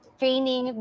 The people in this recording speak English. training